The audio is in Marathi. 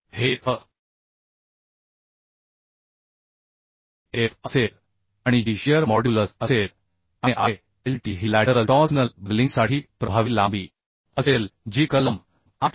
हे h f असेल आणि जी शियर मॉड्यूलस असेल आणि llt ही लॅटरल टॉर्सनल बकलिंगसाठी प्रभावी लांबी असेल जी कलम 8